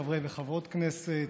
חברי וחברות כנסת,